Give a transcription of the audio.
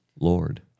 Lord